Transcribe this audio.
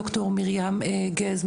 ד"ר מרים גז,